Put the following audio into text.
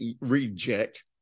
reject